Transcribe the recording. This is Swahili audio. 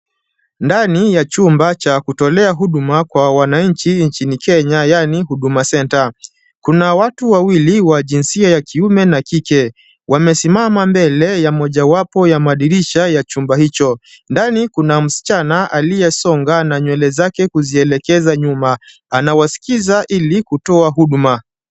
Ndani ya chumba cha kutolea huduma kwa wananchi nchini Kenya yaani Huduma Center. Kuna watu wawili wa jinsia ya kiume na kike wamesimama mbele ya mojawapo ya madirisha ya chumba hicho. Ndani kuna msichana aliyesonga na nywele zake kuzielekeza nyuma. Anawasikiza ili kutoa huduma.